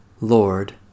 Lord